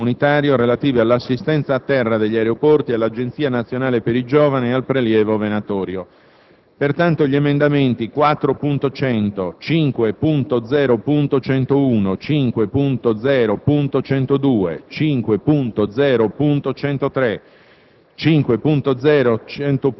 e per l'adeguamento a decisioni, sempre in ambito comunitario, relative all'assistenza a terra negli aeroporti, all'Agenzia nazionale per i giovani e al prelievo venatorio. Pertanto, gli emendamenti 4.100, 5.0.101, 5.0.102, 5.0.103,